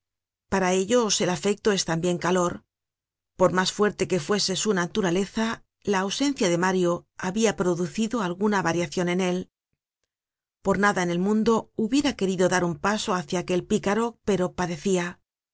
para ellos el afecto es tambien calor por mas fuerte que fuese su naturaleza la ausencia de mario habia producido alguna variacion en él por nada en el mundo hubiera querido dar un paso hacia aquel picaro pero padecia